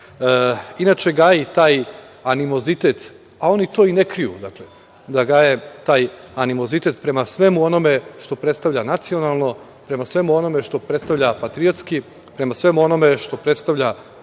inače gaji taj animozitet, a oni to i ne kriju da gaje taj animozitet prema svemu onome što predstavlja nacionalno, prema svemu onome što predstavlja patriotski, prema svemu onome što predstavlja